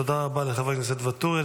תודה רבה לחבר הכנסת ואטורי.